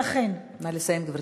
נא לסיים, גברתי.